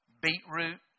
beetroot